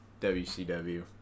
WCW